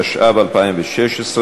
התשע"ו 2016,